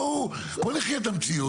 בואו, בואו נחיה את המציאות.